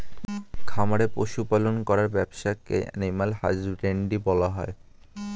খামারে পশু পালন করার ব্যবসাকে অ্যানিমাল হাজবেন্ড্রী বলা হয়